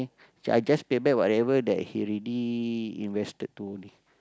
so I just pay back whatever that he already invested to this